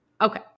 Okay